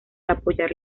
apoyar